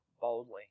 boldly